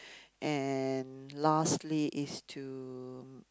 and lastly is to